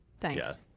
thanks